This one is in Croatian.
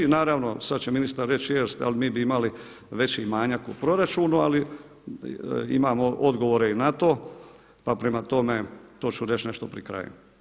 I naravno, sada će ministar reći jeste ali mi bi imali veći manjak u proračunu ali imamo odgovore i na to, pa prema tome to ću reći nešto pri kraju.